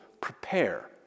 prepare